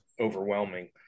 overwhelming